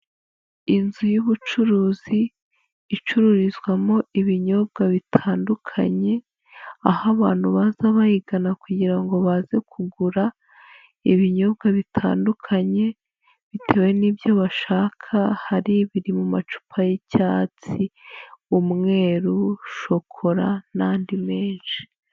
Inzu y'ubucuruzi icururizwamo ibinyobwa bitandukanye, aho abantu baza bayigana kugira ngo baze kugura ibinyobwa bitandukanye bitewe n'ibyo bashaka, hari ibiri mu macupa y'icyatsi, umweru, shokora n'andi menshi.